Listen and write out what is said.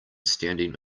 standing